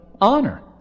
honor